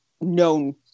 known